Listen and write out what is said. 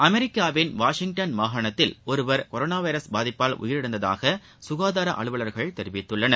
அமெரிக்காவின் வாஷிங்டன் மாகாணத்தில் ஒருவர் கொரோனா வைரஸ் பாதிப்பால் உயிரிழந்ததாக சுகாதார அலுவலர்கள் தெரிவித்துள்ளனர்